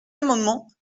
amendement